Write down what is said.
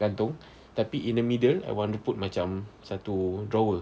gantung tapi in the middle I want to put macam satu drawer